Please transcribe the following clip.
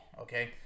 okay